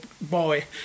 boy